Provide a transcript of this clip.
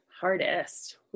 Hardest